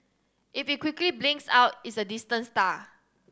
if it quickly blinks out it's a distant star